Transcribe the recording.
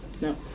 No